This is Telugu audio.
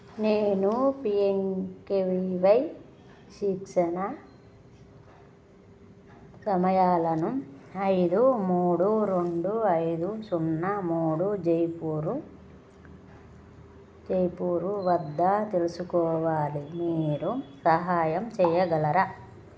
నేను P M K V Y శిక్షణ సమయాలను ఐదు మూడు రెండు ఐదు సున్నా మూడు జైపూరు జైపూరు వద్ద తెలుసుకోవాలి మీరు సహాయం చెయ్యగలరా